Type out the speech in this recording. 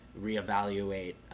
reevaluate